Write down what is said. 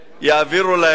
יעבירו להם,